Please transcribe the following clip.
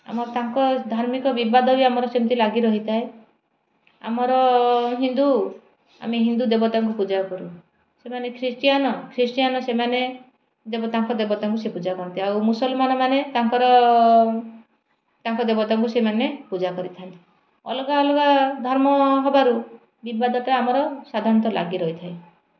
ଆମ ତାଙ୍କ ଧାର୍ମିକ ବିବାଦ ବି ଆମର ସେମିତି ଲାଗି ରହିଥାଏ ଆମର ହିନ୍ଦୁ ଆମେ ହିନ୍ଦୁ ଦେବତାଙ୍କୁ ପୂଜା କରୁ ସେମାନେ ଖ୍ରୀଷ୍ଟିୟାନ୍ ଖ୍ରୀଷ୍ଟିୟାନ୍ ସେମାନେ ଦେବ ତାଙ୍କ ଦେବତାଙ୍କୁ ସେ ପୂଜା କରନ୍ତି ଆଉ ମୁସଲମାନ୍ ମାନେ ତାଙ୍କର ତାଙ୍କ ଦେବତାଙ୍କୁ ସେମାନେ ପୂଜା କରିଥାନ୍ତି ଅଲଗା ଅଲଗା ଧର୍ମ ହେବାରୁ ବିବାଦଟା ଆମର ସାଧାରଣତଃ ଲାଗି ରହିଥାଏ